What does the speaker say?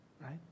right